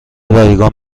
رایگان